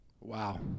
Wow